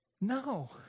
No